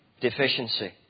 deficiency